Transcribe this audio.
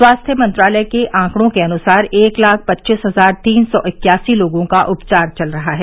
स्वास्थ्य मंत्रालय के आंकडों के अनुसार एक लाख पच्चीस हजार तीन सौ इक्यासी लोगों का उपचार चल रहा है